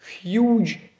huge